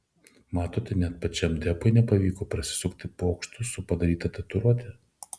matote net pačiam depui nepavyko prasisukti pokštu su padaryta tatuiruote